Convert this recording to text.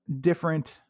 different